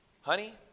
honey